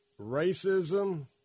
Racism